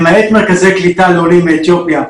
למעט מרכזי קליטה לעולים מאתיופיה,